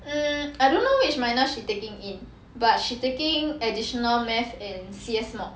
um I don't know which minor she taking it but she taking additional math in C_S mod